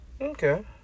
Okay